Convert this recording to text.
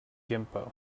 gimpo